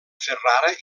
ferrara